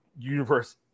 universe